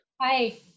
Hi